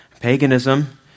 Paganism